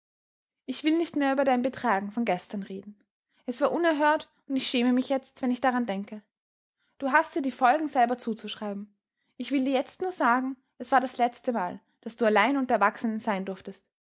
ich will nicht mehr über dein betragen von gestern reden es war unerhört und ich schäme mich jetzt wenn ich daran denke du hast dir die folgen selber zuzuschreiben ich will dir jetzt nur sagen es war das letztemal daß du allein unter erwachsenen sein durftest